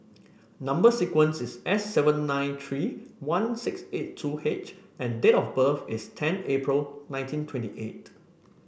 number sequence is S seven nine three one six eight two H and date of birth is ten April nineteen twenty eight